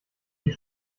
die